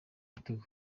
bitugu